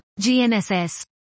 GNSS